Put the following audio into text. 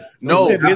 No